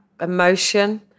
emotion